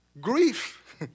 Grief